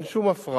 אין שום הפרעה